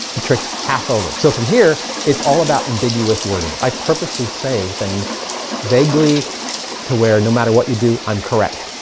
trix half over so from here. it's all about ambiguous wording. i purposely say things vaguely to where no matter what you do. i'm correct,